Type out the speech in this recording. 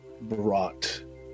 brought